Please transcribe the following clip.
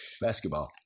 basketball